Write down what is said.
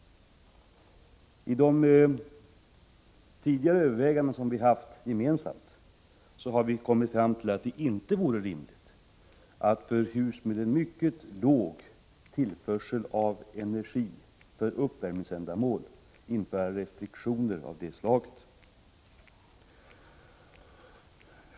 I de gemensamma överläggningar som vi tidigare har haft har vi kommit fram till att det inte vore rimligt med restriktioner av det här slaget för hus med en mycket låg tillförsel av energi för uppvärmning. Herr talman!